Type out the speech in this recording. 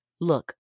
Look